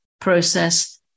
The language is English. process